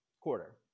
quarter